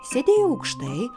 sėdėjo aukštai